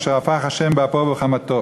אשר הפך ה' באפו ובחמתו".